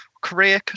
career